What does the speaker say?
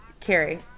Carrie